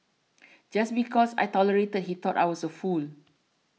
just because I tolerated he thought I was a fool